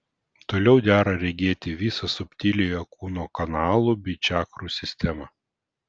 toliau dera regėti visą subtiliojo kūno kanalų bei čakrų sistemą